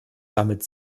damit